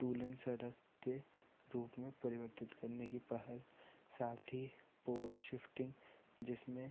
to lane सड़क के रूप में परिवर्तित करने की पहल साथ ही पोल शिफ्टिंग जिसमें